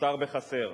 נותר בחסר.